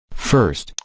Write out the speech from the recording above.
first,